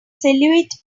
silhouette